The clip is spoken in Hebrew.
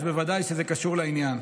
אז בוודאי שזה קשור לעניין.